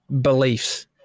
beliefs